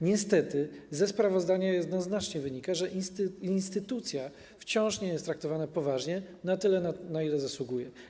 Niestety ze sprawozdania jednoznacznie wynika, że instytucja ta wciąż nie jest traktowana poważnie, tak jak na to zasługuje.